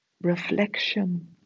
reflection